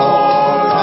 Lord